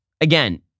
again